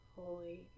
holy